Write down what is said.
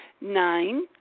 Nine